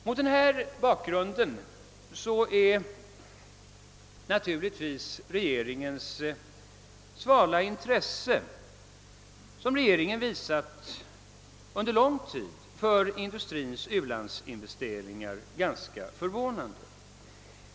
Mot denna bakgrund är naturligtvis det svala intresse som regeringen visat under lång tid för industrins u-landsinvesteringar ganska förvånande.